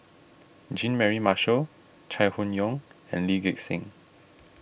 Jean Mary Marshall Chai Hon Yoong and Lee Gek Seng